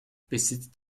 besitzt